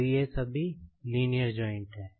तो ये सभी लीनियर जॉइंट् हैं